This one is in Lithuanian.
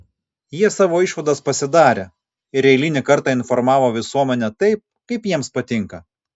jie savo išvadas pasidarė ir eilinį kartą informavo visuomenę taip kaip jiems patinka